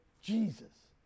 Jesus